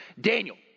Daniel